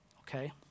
okay